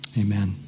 amen